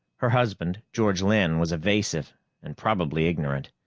her husband, george lynn, was evasive and probably ignorant.